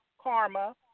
Karma